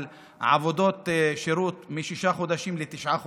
על עבודות שירות משישה חודשים לתשעה חודשים,